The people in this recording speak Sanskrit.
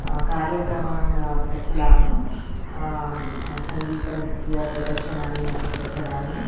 कार्यक्रमान् प्रचालयामि सङ्गीतनृत्यप्रदर्शनानि अपि प्रचालयामि